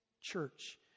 church